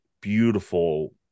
Beautiful